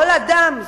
כל אדם,